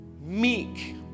Meek